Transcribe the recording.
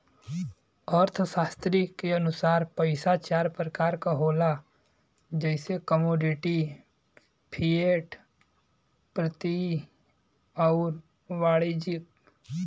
अर्थशास्त्री के अनुसार पइसा चार प्रकार क होला जइसे कमोडिटी, फिएट, प्रत्ययी आउर वाणिज्यिक